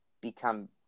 become